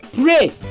Pray